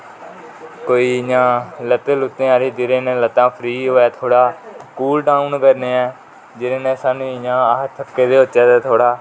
फिर कोई इयां लत्तें आहली जेहदे कन्नै लत्तां फ्री होऐ थोह्डा कूल डाउन करने हा जेहदे कन्ने सानू इयां अस थक्के दे होचे ते थोह्डा